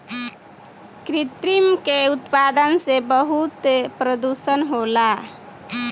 कृत्रिम के उत्पादन से बहुत प्रदुषण होला